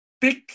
big